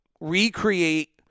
recreate